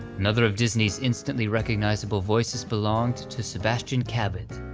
another of disney's instantly recognizable voices belonged to sebastian cabot,